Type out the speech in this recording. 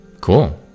cool